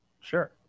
sure